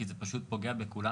כי זה פשוט פוגע בכולנו.